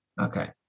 Okay